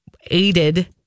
aided